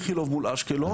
איכילוב מול אשקלון,